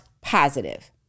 positive